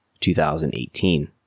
2018